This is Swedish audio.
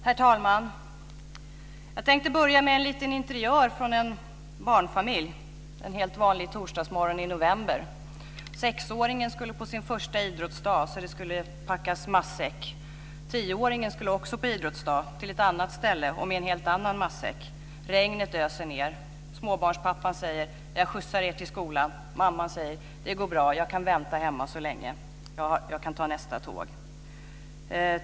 Herr talman! Jag tänker börja med en liten interiör från en barnfamilj en helt vanlig torsdagsmorgon i november. Sexåringen ska i väg till sin första idrottsdag, så det ska packas matsäck. Också tioåringen ska i väg till idrottsdag på ett annat ställe och med en helt annan matsäck. Regnet öser ned. Småbarnspappan säger: Jag skjutsar er till skolan. Mamman säger: Det går bra. Jag kan vänta hemma så länge. Jag kan ta nästa tåg.